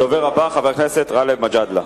הדובר הבא, חבר הכנסת גאלב מג'אדלה.